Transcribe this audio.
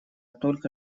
только